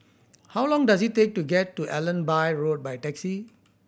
how long does it take to get to Allenby Road by taxi